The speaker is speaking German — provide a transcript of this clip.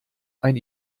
ein